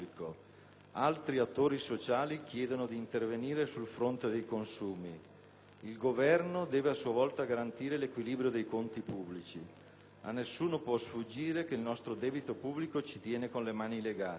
Altri attori sociali chiedono di intervenire sul fronte dei consumi. Il Governo deve, a sua volta, garantire l'equilibrio dei conti pubblici. A nessuno può sfuggire che il nostro debito pubblico ci tiene con le mani legate.